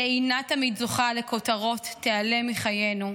שאינה תמיד זוכה לכותרות, תיעלם מחיינו.